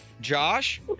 Josh